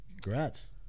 congrats